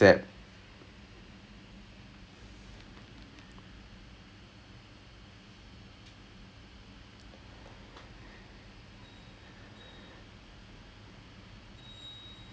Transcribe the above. or uh or I am more kind of the person who if I'm like அது:athu straight ah ஒரு மாதிரி:oru maathiri visualise பண்ண முடியுது தலையிலே அந்த மாதிரினா:panna mudiyuthu thalayilae antha maathirinaa I find it a bit easier which is why I found physics a lot easier than biology